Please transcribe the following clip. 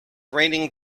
raining